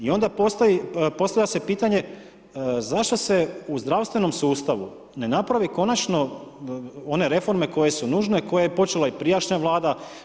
I onda postavlja se pitanje zašto se u zdravstvenom sustavu ne napravi one reforme koje su nužne, koje je počela i prijašnja vlada.